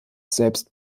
selbst